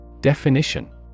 Definition